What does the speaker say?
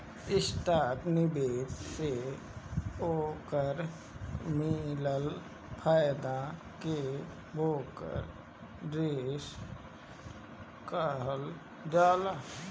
stock निवेश से ओकर मिलल फायदा के ब्रोकरेज कहल जाला